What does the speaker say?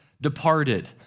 departed